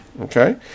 Okay